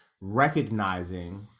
recognizing